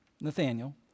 Nathaniel